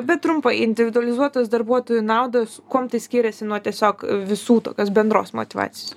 bet trumpai individualizuotos darbuotojų naudos kuom tai skiriasi nuo tiesiog visų tokios bendros motyvacijos